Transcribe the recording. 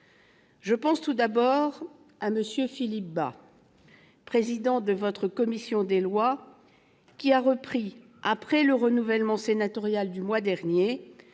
Je pense tout d'abord à M. Philippe Bas, président de votre commission des lois, qui a repris, après le renouvellement sénatorial du mois dernier,